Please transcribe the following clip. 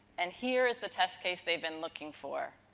and, here is the test case they've been looking for.